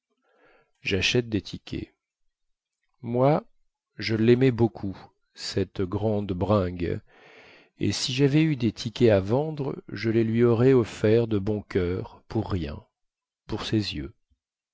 jachète des tickets moi je laimais beaucoup cette grande bringue et si javais eu des tickets à vendre je les lui aurais offerts de bon coeur pour rien pour ses yeux